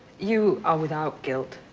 you are without guilt.